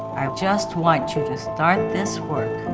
i just want you to start this work.